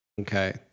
okay